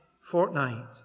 fortnight